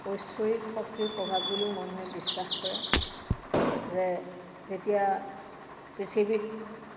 ঐশ্বৰিক শক্তিৰ প্ৰভাৱ বুলিও মানুহে বিশ্বাস কৰে যে যেতিয়া পৃথিৱীত